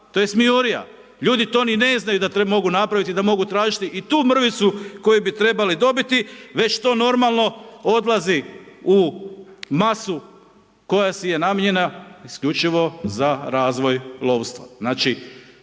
to je smijurija. Ljudi to ni ne znaju da mogu napraviti i da mogu tražiti i tu mrvicu koju bi trebali dobiti, već to normalno odlazi u masu koja si je namijenjena isključivo za razvoj lovstva.